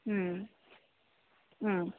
ಹ್ಞೂ ಹ್ಞೂ